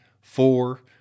four